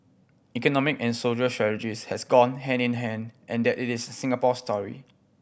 economic and social strategies have gone hand in hand and that it is Singapore story